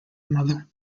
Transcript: another